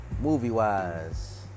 movie-wise